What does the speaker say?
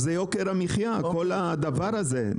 זה יוקר המחיה כל הדבר הזה.